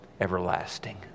everlasting